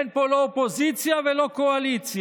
אין פה לא אופוזיציה ולא קואליציה.